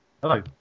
Hello